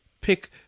pick